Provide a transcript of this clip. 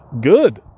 Good